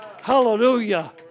Hallelujah